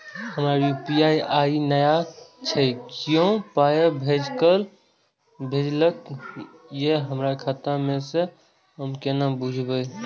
हमरा यू.पी.आई नय छै कियो पाय भेजलक यै हमरा खाता मे से हम केना बुझबै?